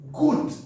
good